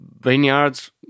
vineyards